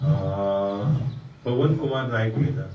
पवन कुमार नायक उलयतां